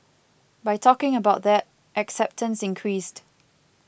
by talking about that acceptance increased